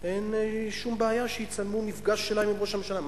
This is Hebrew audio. אין שום בעיה שיצלמו מפגש שלהם עם ראש הממשלה.